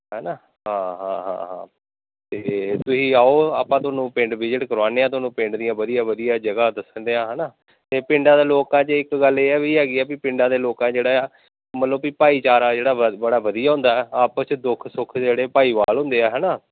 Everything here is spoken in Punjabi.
ਹੈ ਨਾ ਹਾਂ ਹਾਂ ਹਾਂ ਹਾਂ ਅਤੇ ਤੁਸੀਂ ਆਓ ਆਪਾਂ ਤੁਹਾਨੂੰ ਪਿੰਡ ਵਿਜਿਟ ਕਰਵਾਉਂਦੇ ਹਾਂ ਤੁਹਾਨੂੰ ਪਿੰਡ ਦੀਆਂ ਵਧੀਆ ਵਧੀਆ ਜਗ੍ਹਾ ਦੱਸਣ ਡਿਆ ਹੈ ਨਾ ਅਤੇ ਪਿੰਡਾਂ ਦੇ ਲੋਕਾਂ 'ਚ ਇੱਕ ਗੱਲ ਇਹ ਆ ਵੀ ਹੈਗੀ ਆ ਵੀ ਪਿੰਡਾਂ ਦੇ ਲੋਕਾਂ ਜਿਹੜਾ ਆ ਮਤਲਬ ਕਿ ਭਾਈਚਾਰਾ ਜਿਹੜਾ ਬੜਾ ਵਧੀਆ ਹੁੰਦਾ ਆਪਸ 'ਚ ਦੁੱਖ ਸੁੱਖ ਜਿਹੜੇ ਭਾਈਵਾਲ ਹੁੰਦੇ ਆ ਹੈ ਨਾ